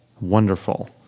wonderful